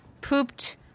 pooped